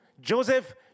Joseph